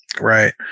Right